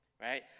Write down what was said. right